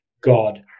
God